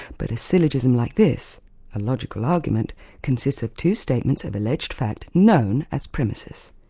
but a syllogism like this a logical argument consists of two statements of alleged fact, known as premises.